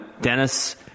Dennis